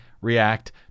react